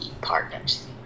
partners